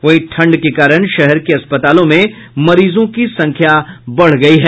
वहीं ठंड के कारण शहर के अस्पतालों में मरीजों की संख्या बढ़ गयी है